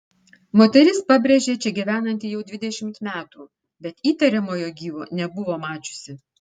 moteris pabrėžia čia gyvenanti jau dvidešimt metų bet įtariamojo gyvo nebuvo mačiusi